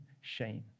shame